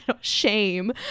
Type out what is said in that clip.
Shame